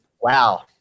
Wow